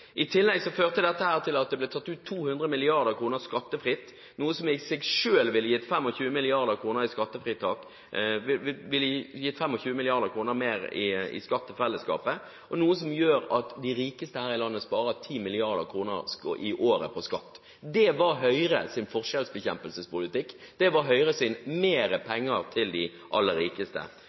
I tillegg førte dette til at det ble tatt ut 200 mrd. kr skattefritt, et beløp som i seg selv ville gitt 25 mrd. kr mer i skatt til fellesskapet. De rikeste her i landet sparer dermed 10 mrd. kr i året på skatt. Det var Høyres politikk for å bekjempe forskjellene, det var Høyres «mer penger til de aller rikeste».